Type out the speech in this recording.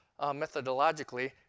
methodologically